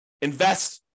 Invest